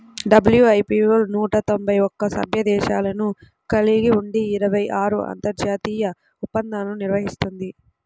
WIPO నూట తొంభై ఒక్క సభ్య దేశాలను కలిగి ఉండి ఇరవై ఆరు అంతర్జాతీయ ఒప్పందాలను నిర్వహిస్తుంది